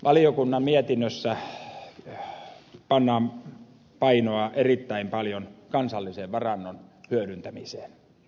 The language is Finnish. valiokunnan mietinnössä pannaan painoa erittäin paljon kansallisen varannon hyödyntämiseen